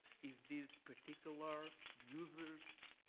is this particular users